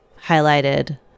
highlighted